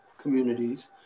communities